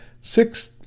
six